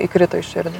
įkrito į širdį